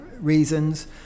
reasons